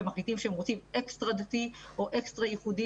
הם מחליטים שהם רוצים אקסטרה דתי או אקסטרה ייחודי